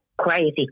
crazy